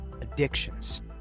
addictions